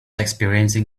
experiencing